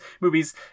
movies